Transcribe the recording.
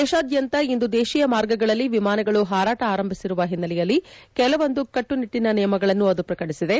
ದೇಶಾದ್ಖಂತ ಇಂದು ದೇಶೀಯ ಮಾರ್ಗಗಳಲ್ಲಿ ವಿಮಾನಗಳು ಪಾರಾಟ ಆರಂಭಿಸಿರುವ ಹಿನ್ನೆಲೆಯಲ್ಲಿ ಕೆಲವೊಂದು ಕಟ್ಟುನಿಟ್ಟಿನ ನಿಯಮಗಳನ್ನು ಅದು ಪ್ರಕಟಿಸಿದೆ